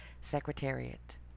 Secretariat